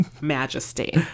Majesty